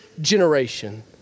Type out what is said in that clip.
generation